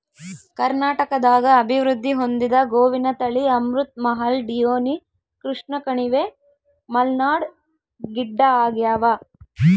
ಕರ್ನಾಟಕದಾಗ ಅಭಿವೃದ್ಧಿ ಹೊಂದಿದ ಗೋವಿನ ತಳಿ ಅಮೃತ್ ಮಹಲ್ ಡಿಯೋನಿ ಕೃಷ್ಣಕಣಿವೆ ಮಲ್ನಾಡ್ ಗಿಡ್ಡಆಗ್ಯಾವ